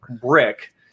brick